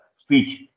speech